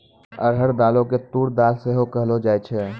अरहर दालो के तूर दाल सेहो कहलो जाय छै